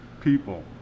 people